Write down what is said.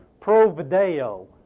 provideo